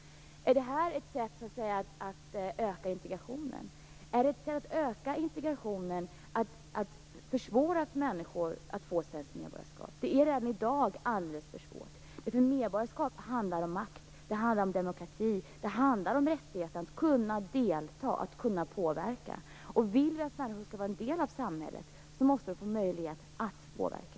Är det här ett sätt att öka integrationen? Är det att öka integrationen att försvåra för människor att få svenskt medborgarskap? Det är redan i dag alldeles för svårt. Medborgarskap handlar om makt. Det handlar om demokrati. Det handlar om rättigheten att kunna delta, att kunna påverka. Vill vi att människor skall vara en del av samhället måste de få möjlighet att påverka.